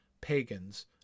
pagans